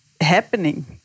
happening